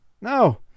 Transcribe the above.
no